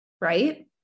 right